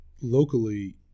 locally